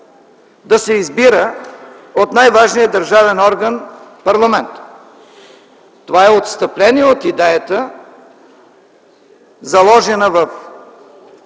да се избира от най-важния държавен орган – парламента. Това е отстъпление от идеята, заложена в